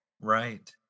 Right